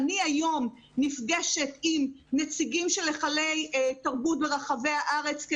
היום אני נפגשת עם נציגים של היכלי תרבות ברחבי הארץ,